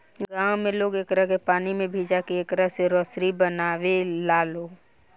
गांव में लोग एकरा के पानी में भिजा के एकरा से रसरी बनावे लालो